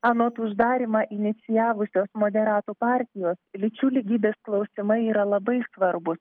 anot uždarymą inicijavusios moderatų partijos lyčių lygybės klausimai yra labai svarbūs